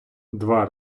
два